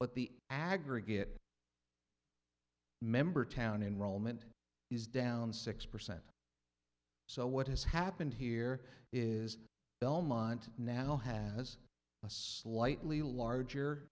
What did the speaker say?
but the aggregate member town enrollment is down six percent so what has happened here is belmont now has a slightly larger